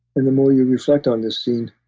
and the more you reflect on this scene,